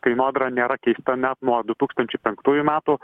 kainodara nėra keista net nuo du tūkstančiai penktųjų metų